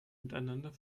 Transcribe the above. miteinander